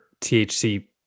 THC